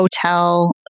hotel